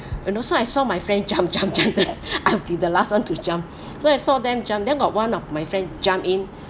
and also I saw my friend jump jump jump I'll be the last [one] to jump so I saw them jump then got one of my friend jump in